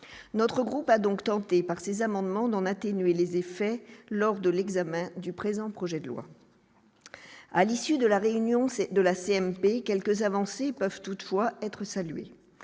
notre groupe a donc tenté par ces amendements d'en atténuer les effets lors de l'examen du présent projet de loi à l'issue de la réunion, c'est de la CMP quelques avancées peuvent toutefois être salué